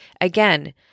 Again